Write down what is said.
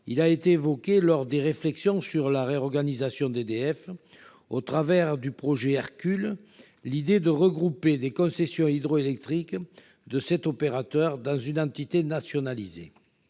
elle a été évoquée lors des réflexions sur la réorganisation d'EDF ; dans le cadre du projet Hercule, il s'agirait de regrouper les concessions hydroélectriques de cet opérateur dans une entité nationalisée.